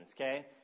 okay